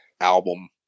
album